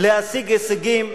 להשיג הישגים,